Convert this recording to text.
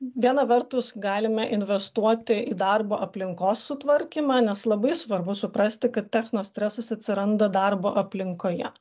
viena vertus galime investuoti į darbo aplinkos sutvarkymą nes labai svarbu suprasti kad techno stresas atsiranda darbo aplinkoje